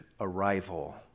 arrival